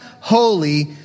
holy